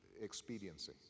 expediency